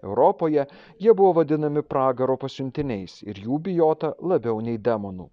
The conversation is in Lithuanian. europoje jie buvo vadinami pragaro pasiuntiniais ir jų bijota labiau nei demonų